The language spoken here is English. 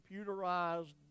computerized